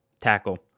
tackle